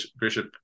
Bishop